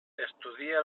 estudia